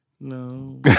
No